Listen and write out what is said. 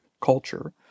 culture